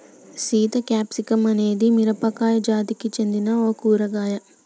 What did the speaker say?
Sita capsicum అనేది మిరపజాతికి సెందిన ఒక కూరగాయ